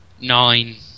Nine